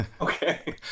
Okay